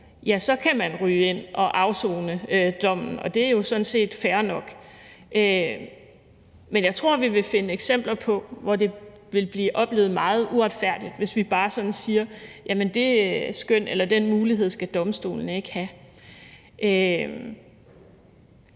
ja, så kan man ryge ind og afsone dommen. Og det er jo sådan set fair nok. Men jeg tror, vi vil finde eksempler på, at det vil blive oplevet meget uretfærdigt, hvis vi bare sådan siger: Den mulighed skal domstolene ikke have.